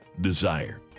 desire